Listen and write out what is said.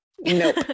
Nope